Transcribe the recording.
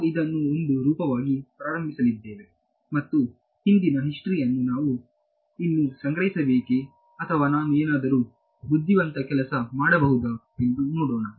ನಾವು ಇದನ್ನು ಒಂದು ರೂಪವಾಗಿ ಪ್ರಾರಂಭಿಸಲಿದ್ದೇವೆ ಮತ್ತು ಹಿಂದಿನ ಹಿಸ್ಟರಿ ಅನ್ನು ನಾನು ಇನ್ನೂ ಸಂಗ್ರಹಿಸಬೇಕೇ ಅಥವಾ ನಾನು ಏನಾದರೂ ಬುದ್ಧಿವಂತ ಕೆಲಸ ಮಾಡಬಹುದಾ ಎಂದು ನೋಡೋಣ